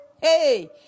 Hey